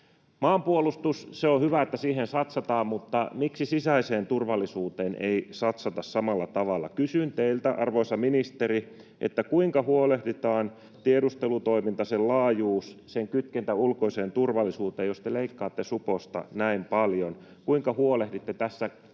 maanpuolustukseen satsataan, mutta miksi sisäiseen turvallisuuteen ei satsata samalla tavalla? Kysyn teiltä, arvoisa ministeri: Kuinka huolehditaan tiedustelutoiminnan laajuudesta, sen kytkennästä ulkoiseen turvallisuuteen, jos te leikkaatte suposta näin paljon? Kuinka huolehditte tässä